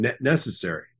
necessary